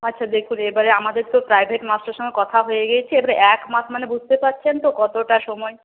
আচ্ছা দেখুন এবারে আমাদের তো প্রাইভেট মাস্টারের সঙ্গে কথা হয়ে গিয়েছে এবারে এক মাস মানে বুঝতে পারছেন তো কতটা সময়